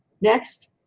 Next